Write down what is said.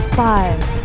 Five